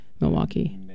milwaukee